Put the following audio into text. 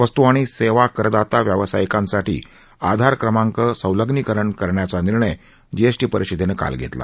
वस्तू आणि सेवा करदाता व्यावसायिकांसाठी आधार क्रमांक संलंग्नीकरण करण्याचा निर्णय जीएसटी परिषदेनं काल घेतला